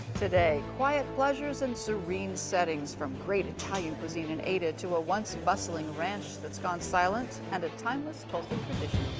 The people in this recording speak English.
today quiet pleasures and serene settings. from great italian cuisine in ada. to a once bustling ranch that's gone silent. and a timeless tulsa tradition.